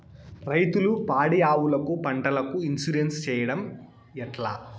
రైతులు పాడి ఆవులకు, పంటలకు, ఇన్సూరెన్సు సేయడం ఎట్లా?